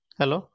Hello